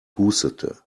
hustete